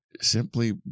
Simply